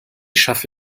schaffe